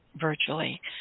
virtually